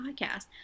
podcast